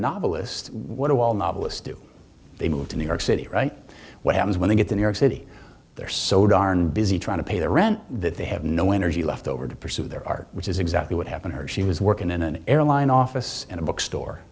novelist what do all novelists do they move to new york city right what happens when they get to new york city they're so darn busy trying to pay their rent that they have no energy left over to pursue their art which is exactly what happened her she was working in an airline office in a bookstore